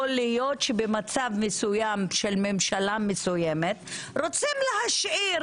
יכול להיות שבמצב מסוים של ממשלה מסוימת רוצים להשאיר